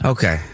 Okay